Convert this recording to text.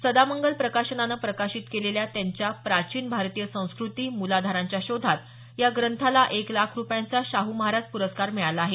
सदामंगल प्रकाशनानं प्रकाशित केलेल्या त्यांच्या प्राचीन भारतीय संस्कृती मूलाधारांच्या शोधात या ग्रंथाला एक लाख रुपयांचा शाहू महाराज प्रस्कार मिळाला आहे